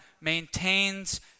maintains